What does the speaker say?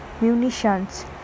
munitions